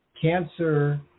cancer